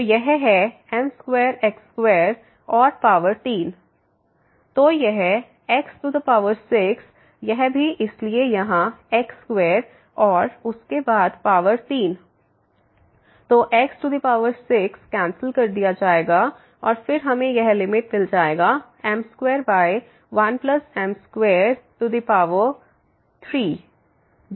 तो यह है m2 x2 और पावर 3 तो यह x6यह भी इसलिए यहाँ x2 और उसके बाद पावर 3 तो x6 कैंसिल कर दिया जाएगा और फिर हमें यह लिमिट मिल जाएगा m2 1m23 जो यहां दिया गया है